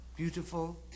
beautiful